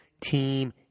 team